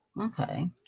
okay